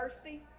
mercy